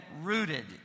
rooted